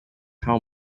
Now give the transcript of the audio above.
how